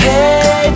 Hey